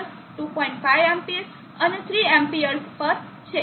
5 Amps અને 3 Amps પર છે